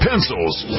Pencils